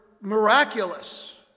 miraculous